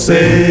Say